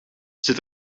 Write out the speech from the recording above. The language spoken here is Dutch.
zit